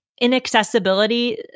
inaccessibility